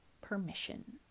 permission